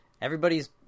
Everybody's